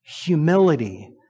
humility